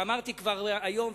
ואמרתי כבר היום,